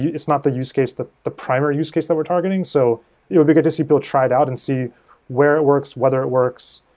yeah it's not the use case, the the primary use case that we're targeting. so it'd be good to see if you'll try it out and see where it works, whether it works.